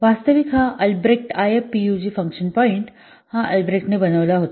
वास्तविक हा Albrecht IFPUG function point हा अल्ब्रेक्ट्सने बनवला होता